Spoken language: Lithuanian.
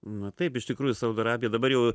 na taip iš tikrųjų saudo arabija dabar jau